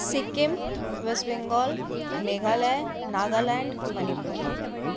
Sikkim West Bengal Meghalaya Nagaland Manipur